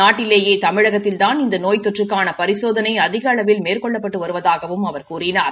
நாட்டிலேயே தமிழகத்தில்தான் இந்த நோய் தொற்றுக்கான பரிசோதனை அதிக அளவில் மேற்கொள்ளப்பட்டு வருவதாகவும் அவர் கூறினார்